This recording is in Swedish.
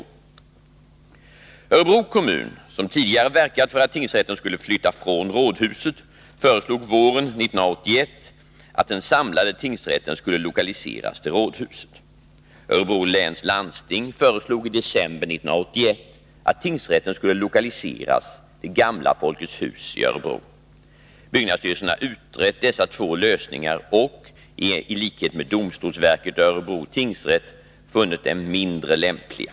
av tingsrätten i Örebro kommun, som tidigare verkat för att tingsrätten skulle flytta från Öörepro rådhuset, föreslog våren 1981 att den samlade tingsrätten skulle lokaliseras till rådhuset. Örebro läns landsting föreslog i december 1981 att tingsrätten skulle lokaliseras till gamla Folkets hus i Örebro. Byggnadsstyrelsen har utrett dessa två lösningar och, i likhet med domstolsverket och Örebro tingsrätt, funnit dem mindre lämpliga.